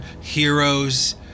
heroes